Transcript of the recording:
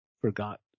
forgot